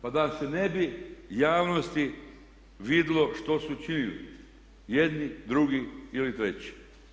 Pa da se ne bi u javnosti vidjelo što su učinili jedni, drugi ili treći.